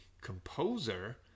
composer